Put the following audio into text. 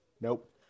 Nope